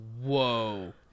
Whoa